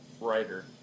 writer